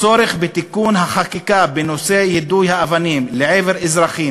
הצורך בתיקון החקיקה בנושא יידוי האבנים לעבר אזרחים